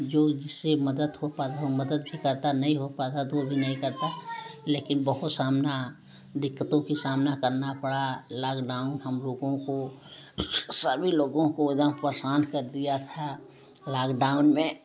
जो जिसे मदद हो पाता वह मदद भी करता नहीं हो पाता तो वह भी नहीं करता लेकिन बहुत सामना दिक्कतों का सामना करना पड़ा लॉकडाउन हम लोगों को सभी लोगों को एकदम परेशान कर दिया था लॉकडाउन में